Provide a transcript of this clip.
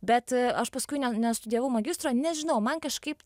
bet aš paskui nestudijavau magistro nežinau man kažkaip